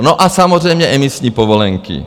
No a samozřejmě emisní povolenky.